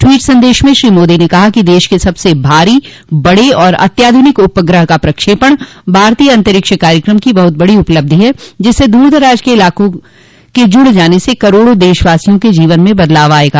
tweet संदेश में श्री मोदी ने कहा कि देश के सबसे भारी बड़े और अत्याधनिक उपग्रह का प्रक्षेपण भारतीय अन्तरिक्ष कार्यक्रम की बहुत बड़ी उपलब्धि है जिससे दूरदराज के इलाकों के जुड़ जाने से करोड़ों देशवासियों के जीवन में बदलाव आयेगा